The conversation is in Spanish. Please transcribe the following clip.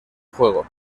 juego